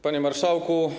Panie Marszałku!